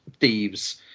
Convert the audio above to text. thieves